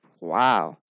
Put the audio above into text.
wow